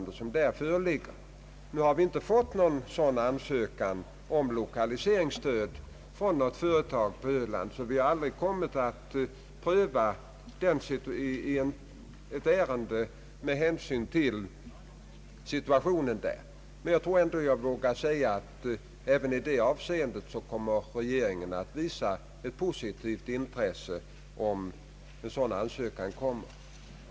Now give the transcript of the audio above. Någon ansökan från något företag på Öland om lokaliseringsstöd har dock inte inkommit, och därför har vi aldrig fått tillfälle att ta ställning till någon sådan framställning. Jag tror ändå jag vågar säga att regeringen även i detta av seende kommer att visa ett positivt intresse, om en sådan ansökan inkommer.